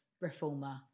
reformer